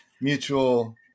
mutual